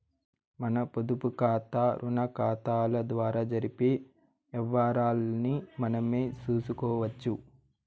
మన పొదుపుకాతా, రుణాకతాల ద్వారా జరిపే యవ్వారాల్ని మనమే సూసుకోవచ్చు